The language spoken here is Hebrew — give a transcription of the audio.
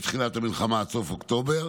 מתחילת המלחמה עד סוף אוקטובר.